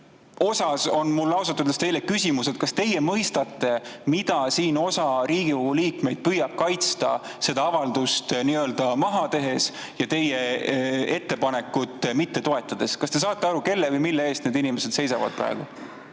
on mul ausalt öeldes teile küsimus: kas teie mõistate, mida siin osa Riigikogu liikmeid püüab kaitsta, seda avaldust nii-öelda maha tehes ja teie ettepanekut mitte toetades? Kas te saate aru, kelle või mille eest need inimesed seisavad praegu?